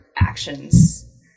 actions